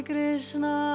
Krishna